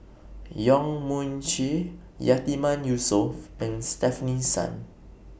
Yong Mun Chee Yatiman Yusof and Stefanie Sun